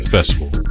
Festival